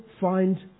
find